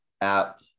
app